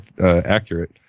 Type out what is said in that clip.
accurate